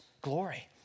glory